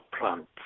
plants